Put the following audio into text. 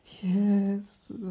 yes